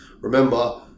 Remember